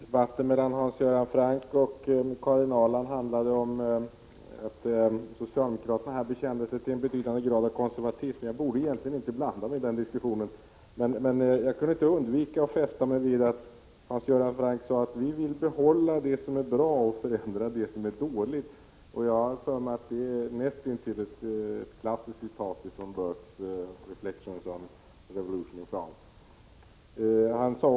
Herr talman! Debatten mellan Hans Göran Franck och Karin Ahrland handlade om att socialdemokraterna bekänner sig till en betydande grad av konservatism. Egentligen borde jag inte blanda mig i den diskussionen, men jag kunde inte undvika att fästa mig vid att Hans Göran Franck sade: Vi vill behålla det som är bra och förändra det som är dåligt. Jag har för mig att det är ett näst intill klassiskt citat från Burkes Reflections on the Revolution in France.